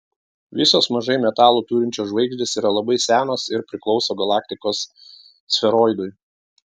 visos mažai metalų turinčios žvaigždės yra labai senos ir priklauso galaktikos sferoidui